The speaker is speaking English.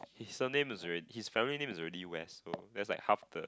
his surname is already his family is already West so that's like half the